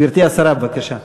גברתי השרה, בבקשה.